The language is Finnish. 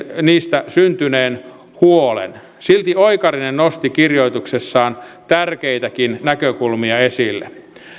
niistä syntyneen huolen silti oikarinen nosti kirjoituksessaan tärkeitäkin näkökulmia esille